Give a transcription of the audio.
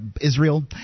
Israel